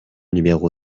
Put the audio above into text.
numéro